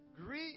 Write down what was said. Greet